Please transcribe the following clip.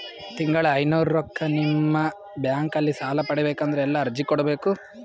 ತಿಂಗಳ ಐನೂರು ರೊಕ್ಕ ನಿಮ್ಮ ಬ್ಯಾಂಕ್ ಅಲ್ಲಿ ಸಾಲ ಪಡಿಬೇಕಂದರ ಎಲ್ಲ ಅರ್ಜಿ ಕೊಡಬೇಕು?